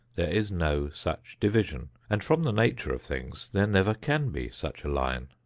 there is no such division, and from the nature of things, there never can be such a line.